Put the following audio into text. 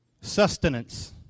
sustenance